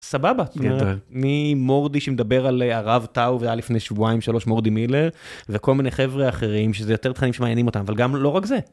סבבה מי מורדי שמדבר על ערב טאו והלפני שבועיים שלוש מורדי מילר וכל מיני חברי אחרים שזה יותר תכנים שמעיינים אותם אבל גם לא רק זה.